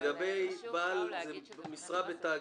זה כלפי נושא משרה בתאגיד.